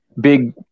Big